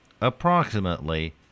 approximately